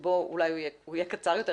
הוא יהיה קצר יותר,